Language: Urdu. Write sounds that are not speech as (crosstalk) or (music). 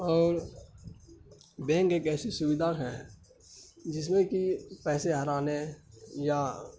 اور بینک ایک ایسی سویدھا ہے جس میں کہ پیسے (unintelligible) یا